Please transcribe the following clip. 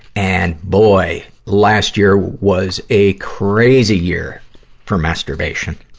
and boy, last year was a crazy year for masturbation!